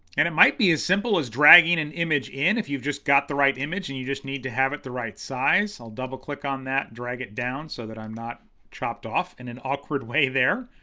and it might be as simple as dragging an image in if you've just got the right image and you just need to have it the right size. i'll double-click on that, drag it down so that i'm not chopped off in an awkward way there.